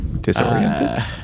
disoriented